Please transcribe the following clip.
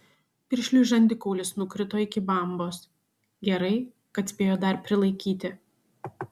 piršliui žandikaulis nukrito iki bambos gerai kad spėjo dar prilaikyti